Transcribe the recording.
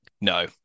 No